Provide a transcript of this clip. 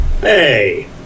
Hey